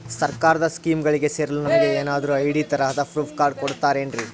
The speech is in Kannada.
ಸರ್ಕಾರದ ಸ್ಕೀಮ್ಗಳಿಗೆ ಸೇರಲು ನಮಗೆ ಏನಾದ್ರು ಐ.ಡಿ ತರಹದ ಪ್ರೂಫ್ ಕಾರ್ಡ್ ಕೊಡುತ್ತಾರೆನ್ರಿ?